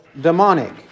demonic